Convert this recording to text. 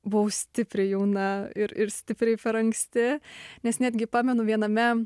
buvau stipriai jauna ir ir stipriai per anksti nes netgi pamenu viename